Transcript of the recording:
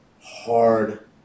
hard